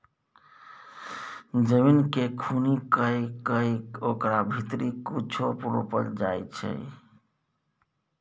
जमीन केँ खुनि कए कय ओकरा भीतरी कुछो रोपल जाइ छै